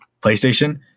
PlayStation